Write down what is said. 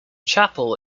chapel